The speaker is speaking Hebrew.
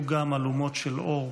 היו גם אלומות של אור,